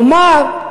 כלומר,